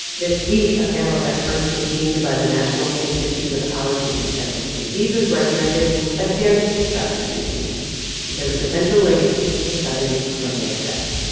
this week, a panel of experts convened by the national institute of allergy and infectious diseases recommended against doctors using it because of potential links to sudden cardiac death.